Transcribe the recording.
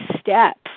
steps